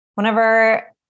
Whenever